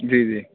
جی جی